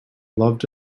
loved